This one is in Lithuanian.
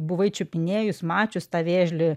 buvai čiupinėjus mačius tą vėžlį